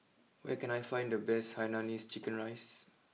where can I find the best Hainanese Chicken Rice